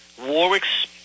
Warwick's